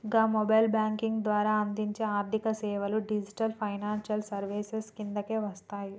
గా mobile banking ద్వారా అందించే ఆర్థికసేవలు డిజిటల్ ఫైనాన్షియల్ సర్వీసెస్ కిందకే వస్తయి